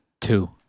Two